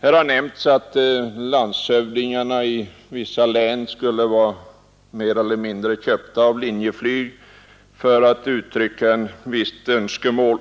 Det har nämnts att landshövdingarna i vissa län skulle vara mer eller mindre ” köpta” av Linjeflyg för att uttrycka ett visst önskemål.